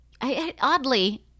oddly